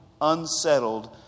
unsettled